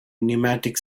pneumatic